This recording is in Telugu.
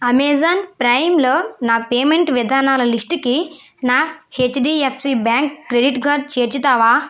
అమెజాన్ ప్రైమ్లో నా పేమెంట్ విధానాల లిస్టుకి నా హెచ్డిఎఫ్సి బ్యాంక్ క్రెడిట్ కార్డు చేర్చుతావా